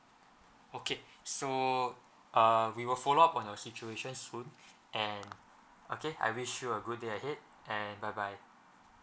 okay so err we will follow up on a situation soon and okay I wish you a good day ahead and bye bye